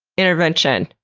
intervention,